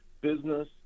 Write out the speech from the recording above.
business